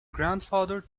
grandfather